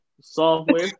Software